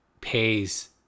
pays